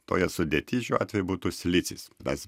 toje sudėty šiuo atveju būtų silicis mes